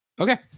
Okay